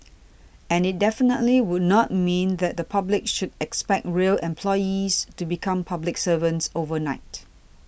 and it definitely would not mean that the public should expect rail employees to become public servants overnight